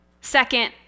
Second